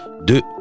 de